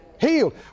Healed